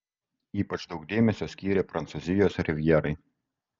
ypač daug dėmesio skyrė prancūzijos rivjerai